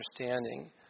understanding